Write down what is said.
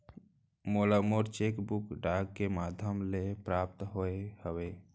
मोला मोर cheque book डाक के मध्याम ले प्राप्त होय हवे